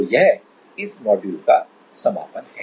तो यह इस मॉड्यूल कासमापन है